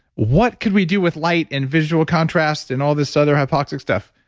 what could we do with light and visual contrast and all this other hypoxic stuff?